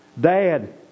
Dad